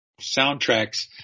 soundtracks